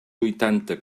huitanta